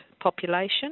population